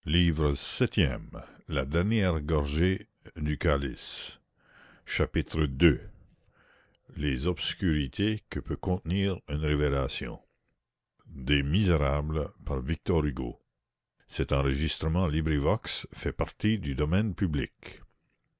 chapitre ii les obscurités que peut contenir une révélation